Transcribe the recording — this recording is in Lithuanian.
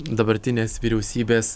dabartinės vyriausybės